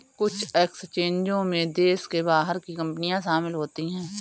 कुछ एक्सचेंजों में देश के बाहर की कंपनियां शामिल होती हैं